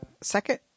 Second